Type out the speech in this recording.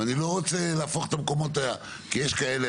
ואני לא רוצה להפוך את המקומות יש כאלה